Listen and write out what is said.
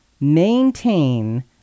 maintain